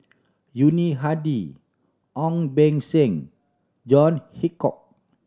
Yuni Hadi Ong Beng Seng John Hitchcock